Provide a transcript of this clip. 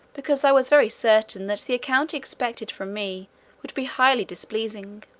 because i was very certain that the account he expected from me would be highly displeasing.